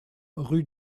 rue